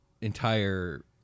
entire